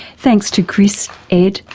thanks to chris, ed,